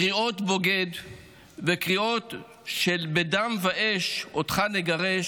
קריאות בוגד וקריאות של "בדם ואש אותך נגרש,